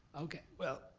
okay well,